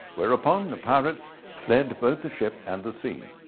whereupon the pirates fled to both the ship and the scene.